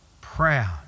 proud